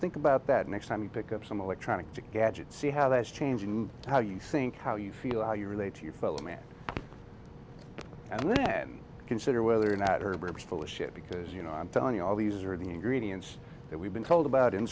think about that next time you pick up some electronic gadget see how that's changing how you think how you feel how you relate to your fellow man and then consider whether or not herbert is full of shit because you know i'm telling you all these are the ingredients that we've been told about in